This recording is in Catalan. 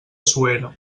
suera